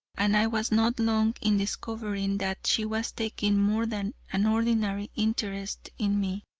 and i was not long in discovering that she was taking more than an ordinary interest in me.